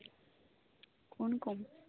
কোন কোম্পানি